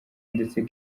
ndetse